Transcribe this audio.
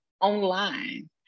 online